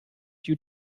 due